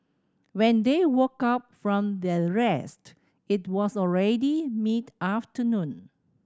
when they woke up from their rest it was already mid afternoon